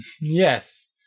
Yes